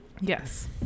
Yes